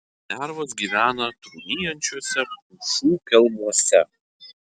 lervos gyvena trūnijančiuose pušų kelmuose